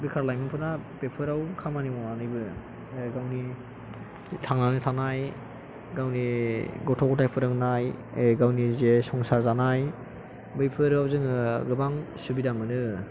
बेखार लाइमोनफोरा बेफोराव खामानि मावनानैबो गावनि थांनानै थानाय गावनि गथ' गथाइ फोरोंनाय गावनि जे संसार जानाय बैफोराव जोङो गोबां सुबिदा मोनो